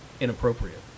inappropriate